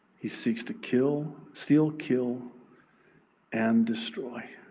he seeks to kill, steal, kill and destroy.